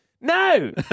No